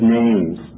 names